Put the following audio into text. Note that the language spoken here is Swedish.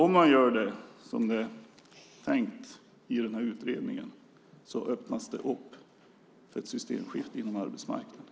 Om man gör som det är tänkt i utredningen öppnar det för ett systemskifte på arbetsmarknaden.